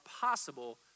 possible